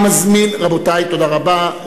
רבותי, תודה רבה.